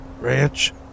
ranch